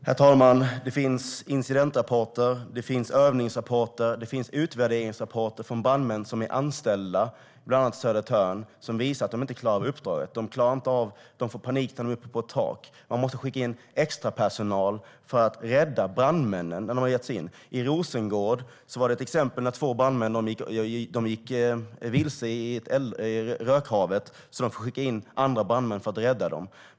Herr talman! Det finns incidentrapporter, övningsrapporter och utvärderingsrapporter från brandmän som är anställda i bland annat Södertörn som visar att de inte klarar uppdraget. De får panik när de är uppe på ett tak. Man måste skicka in extrapersonal för att rädda brandmännen när de har gett sig in. I Rosengård var det till exempel två brandmän som gick vilse i rökhavet så att man fick skicka in andra brandmän för att rädda dem.